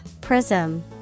Prism